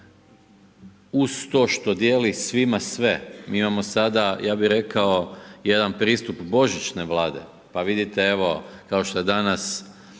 uz to što dijeli svima sve. Mi imamo sada ja bih rekao jedan pristup božićne Vlade. Pa vidite evo, kao što je danas